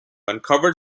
uncovered